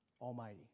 Almighty